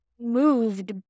moved